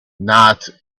not